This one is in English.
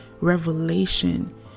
revelation